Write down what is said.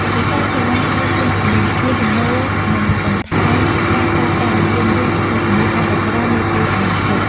វិស័យសេវាហៅយានជំនិះ មានទំនោរនឹងបន្ថែមការប្រើប្រាស់យានយន្តអគ្គិសនីកាន់តែច្រើននាពេលអនាគត។